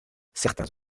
certains